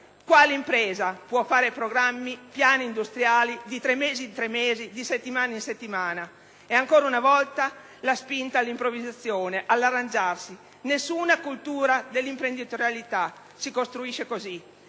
Quale impresa può fare programmi, piani industriali di tre mesi in tre mesi, di settimana e in settimana? È, ancora una volta, la spinta all'improvvisazione, all'arrangiarsi: nessuna cultura dell'imprenditorialità si costruisce così;